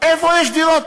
איפה יש דירות?